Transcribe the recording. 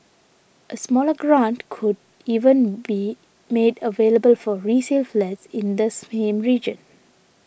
a smaller grant could even be made available for resale flats in the same region